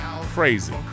Crazy